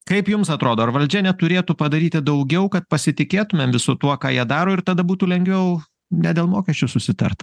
kaip jums atrodo ar valdžia neturėtų padaryti daugiau kad pasitikėtumėm visu tuo ką jie daro ir tada būtų lengviau ne dėl mokesčių susitart